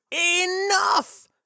Enough